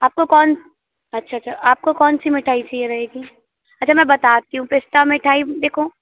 आपको कौन अच्छा अच्छा आपको कौन सी मिठाई चाहिए रहेगी अच्छा मैं बताती हूँ पिस्ता मिठाई देखो